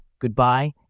Goodbye